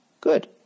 Good